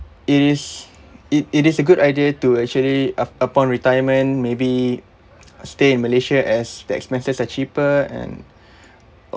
it is it is a good idea to actually up~ upon retirement maybe stay in malaysia as the expenses are cheaper and